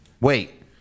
Wait